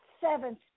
seventh